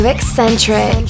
Eccentric